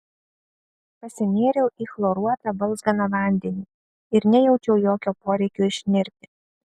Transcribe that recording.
pasinėriau į chloruotą balzganą vandenį ir nejaučiau jokio poreikio išnirti